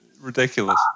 ridiculous